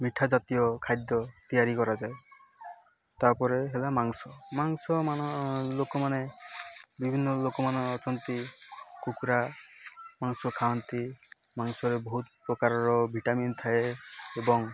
ମିଠା ଜାତୀୟ ଖାଦ୍ୟ ତିଆରି କରାଯାଏ ତା'ପରେ ହେଲା ମାଂସ ମାଂସ ମାନ ଲୋକମାନେ ବିଭିନ୍ନ ଲୋକମାନେ ଅଛନ୍ତି କୁକୁଡ଼ା ମାଂସ ଖାଆନ୍ତି ମାଂସରେ ବହୁତ ପ୍ରକାରର ଭିଟାମିନ୍ ଥାଏ ଏବଂ